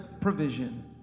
provision